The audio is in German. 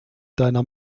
deiner